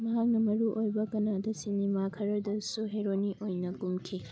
ꯃꯍꯥꯛꯅ ꯃꯔꯨ ꯑꯣꯏꯕ ꯀꯅꯥꯗꯥ ꯁꯤꯅꯤꯃꯥ ꯈꯔꯗꯁꯨ ꯍꯦꯔꯣꯅꯤ ꯑꯣꯏꯅ ꯀꯨꯝꯈꯤ